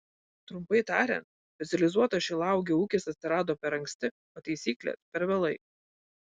trumpai tariant specializuotas šilauogių ūkis atsirado per anksti o taisyklės per vėlai